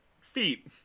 feet